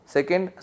Second